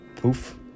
Poof